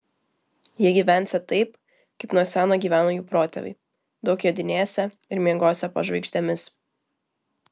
jie gyvensią taip kaip nuo seno gyveno jų protėviai daug jodinėsią ir miegosią po žvaigždėmis